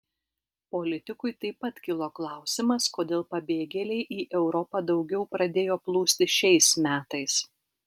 politikui taip pat kilo klausimas kodėl pabėgėliai į europą daugiau pradėjo plūsti šiais metais